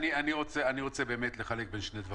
אני רוצה לחלק בין שני דברים.